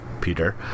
Peter